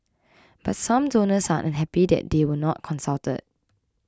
but some donors are unhappy that they were not consulted